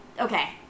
okay